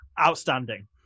outstanding